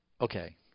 Okay